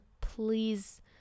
please